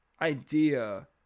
idea